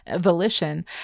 volition